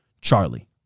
Charlie